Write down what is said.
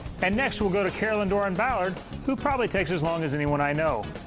and next we'll go to carolyn dorin-ballard who probably takes as long as anyone i know.